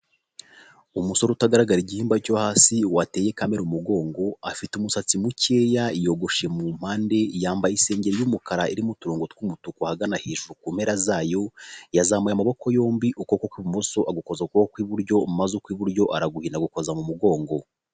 Umusore utagaragara igihimba cyo hasi wateye kamera umugongo afite umusatsi mukeya yogoshe mu mpande, yambaye isenge y'umukara irimo uturongo tw'umutuku. Ahagana hejuru ku mpera za yo yazamuye amaboko yombi ukuboko k'ibumoso agukoza ku kuboko kw'iburyo, maze kw'iburyo araguhina agukoza mu mugongo.